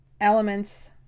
elements